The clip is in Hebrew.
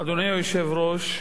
אדוני היושב-ראש,